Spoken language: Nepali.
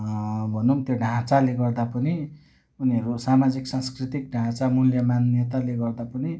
भनौँ त्यो ढाँचाले गर्दा पनि उनीहरू सामाजिक सांसकृतिक ढाँचा मुल्य मान्यताले गर्दा पनि